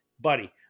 Buddy